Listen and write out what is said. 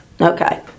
Okay